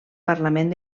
parlament